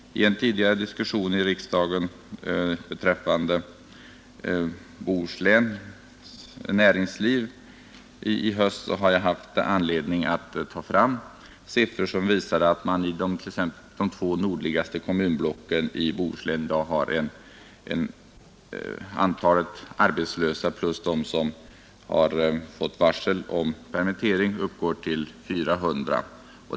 I en tidigare diskussion i riksdagen beträffande Bohusläns näringsliv i höst har jag haft anledning att ta fram siffror som visar att i de två nordligaste kommunblocken i Bohuslän i dag uppgår antalet arbetslösa plus de som har fått varsel om permittering till 400.